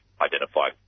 identified